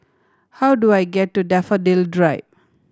how do I get to Daffodil Drive